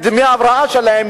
את דמי ההבראה שלהם,